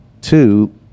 two